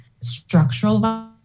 structural